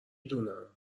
دونم